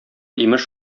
имеш